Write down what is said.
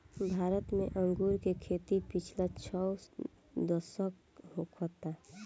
भारत में अंगूर के खेती पिछला छह दशक होखता